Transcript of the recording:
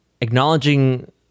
acknowledging